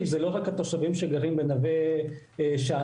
זה לא רק התושבים שגרים בנווה שאנן,